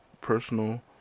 personal